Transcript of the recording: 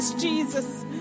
Jesus